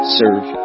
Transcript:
serve